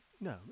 no